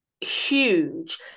huge